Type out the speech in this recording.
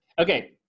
Okay